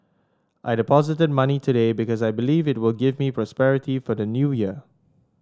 I deposited money today because I believe it will give me prosperity for the New Year